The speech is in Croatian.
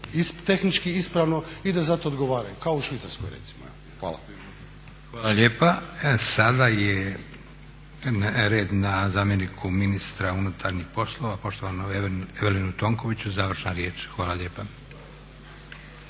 tehnički ispravno i da za to odgovaraju kao u Švicarskoj recimo. Hvala. **Leko, Josip (SDP)** Hvala lijepa. Sada je red na zamjeniku ministra unutarnjih poslova poštovanom Evelinu Tonkoviću, završna riječ. Hvala lijepa.